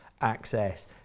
access